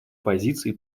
позиции